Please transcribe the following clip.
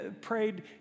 prayed